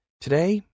Today